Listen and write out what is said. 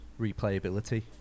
replayability